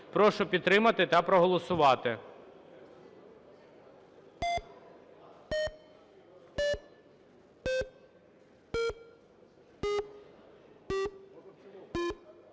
Прошу підтримати та проголосувати.